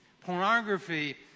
Pornography